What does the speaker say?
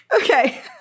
Okay